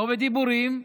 לא בדיבורים,